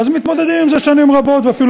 הם מתמודדים עם זה שנים רבות ואפילו